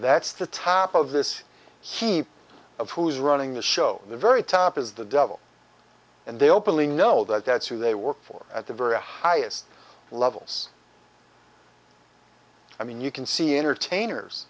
that's the top of this heap of who's running the show the very top is the devil and they openly know that that's who they work for at the very highest levels i mean you can see entertainers